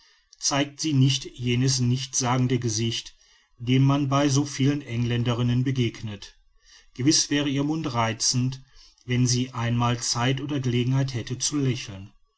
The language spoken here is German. zeigt sie nicht jenes nichtssagende gesicht dem man bei so vielen engländerinnen begegnet gewiß wäre ihr mund reizend wenn sie einmal zeit oder gelegenheit hätte zu lächeln